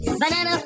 banana